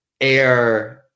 air